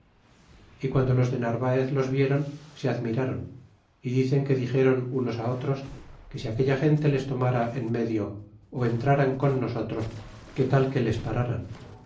y guando los de narvaez los vieron se admirron é dicen que dixéron unos otros que si aquella gente les tomara en medio entraran con nosotros que tal que les pararan